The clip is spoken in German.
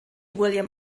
william